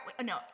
No